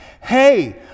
Hey